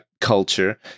culture